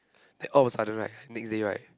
then all of a sudden right like next day right